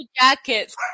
Jackets